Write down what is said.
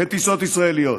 בטיסות ישראליות.